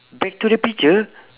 back to the picture